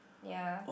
ya